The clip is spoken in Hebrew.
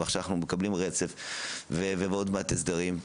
ועכשיו אנחנו מקבלים רצף ועוד מעט הסדרים.